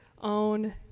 own